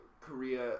korea